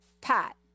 Pat